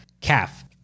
calf